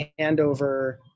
handover